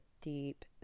deep